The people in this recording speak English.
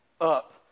up